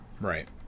Right